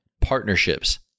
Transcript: partnerships